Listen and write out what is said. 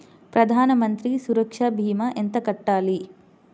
ప్రధాన మంత్రి సురక్ష భీమా ఎంత కట్టాలి?